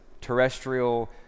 terrestrial